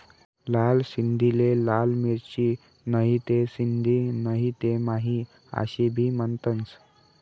लाल सिंधीले लाल मिरची, नहीते सिंधी नहीते माही आशे भी म्हनतंस